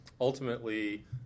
ultimately